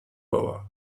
boa